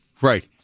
Right